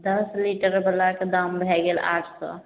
दश लीटर बलाके दाम भए गेल आठ सए